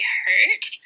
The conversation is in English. hurt